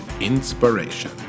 Inspiration